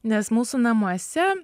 nes mūsų namuose